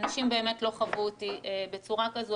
אנשים באמת לא חוו אותי בצורה כזאת,